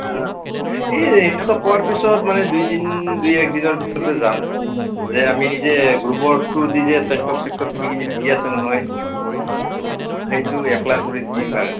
এই ইহঁতক কোৱাৰ পিছত মানে দুইদিন দুই এক দিনৰ ভিতৰতে যাম যে আমি যে গ্ৰুপৰ থ্ৰুদি যে ট্ৰেক্টৰ চেক্টৰ কিবাকিবি দি আছে নহয় অঁ সেইটো এপ্লাই কৰি দিম আৰু